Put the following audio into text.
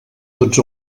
tots